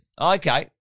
Okay